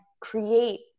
create